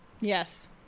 Yes